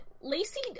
Lacey